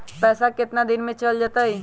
पैसा कितना दिन में चल जतई?